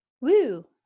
woo